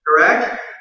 Correct